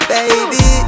Baby